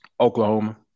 Oklahoma